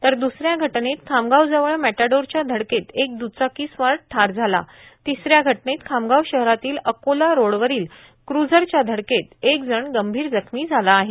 तर द्सऱ्या घटनेत खामगाव जवळ मेटॅंडोरच्या धडकेत एक दुचाकीस्वार ठार झाला तिसऱ्या घटनेत खामगाव शहरातील अकोला रोडवरील क्रुझरच्या धडकेत एक जण गंभीर जखमी झाला आहे